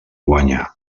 guanya